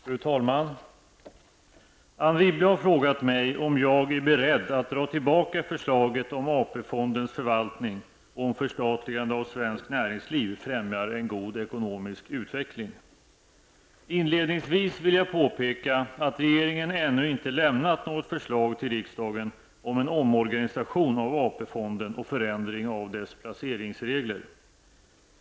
Fru talman! Anne Wibble har frågat mig om jag är beredd att dra tillbaka förslaget om AP-fondens förvaltning och om förstatligande av svenskt näringsliv främjar en god ekonomisk utveckling. Inledningsvis vill jag påpeka att regeringen ännu inte lämnat något förslag till riksdagen om en omorganisation av AP-fonden och förändring av dess placeringsregler.